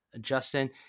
Justin